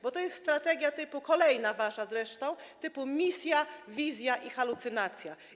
Bo to jest strategia - kolejna wasza zresztą - typu: misja, wizja i halucynacja.